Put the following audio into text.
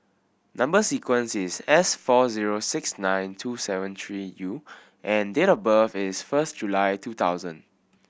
number sequence is S four zero six nine two seven three U and date of birth is first July two thousand